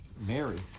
Mary